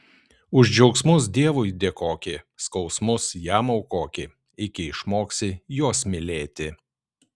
už džiaugsmus dievui dėkoki skausmus jam aukoki iki išmoksi juos mylėti